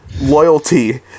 Loyalty